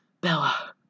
Bella